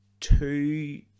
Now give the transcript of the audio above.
Two